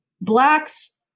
Blacks